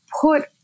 put